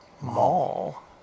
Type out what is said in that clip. Mall